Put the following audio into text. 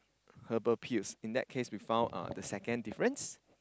herbal pills in that case we found uh the second difference